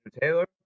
Taylor